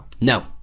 No